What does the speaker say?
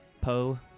Poe